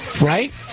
right